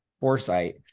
foresight